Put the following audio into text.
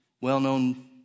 well-known